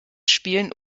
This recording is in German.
spielen